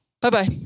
Bye-bye